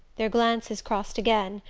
their glances crossed again,